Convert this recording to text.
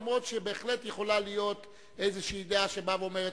אף שבהחלט יכולה להיות איזו דעה שבאה ואומרת